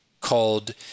called